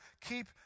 keep